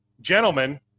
gentlemen –